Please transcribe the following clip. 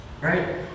right